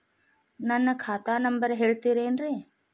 ನನ್ನ ಖಾತಾ ನಂಬರ್ ಹೇಳ್ತಿರೇನ್ರಿ?